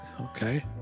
okay